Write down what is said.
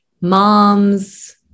moms